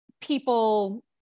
people